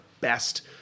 best